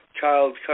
child